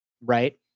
Right